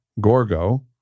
Gorgo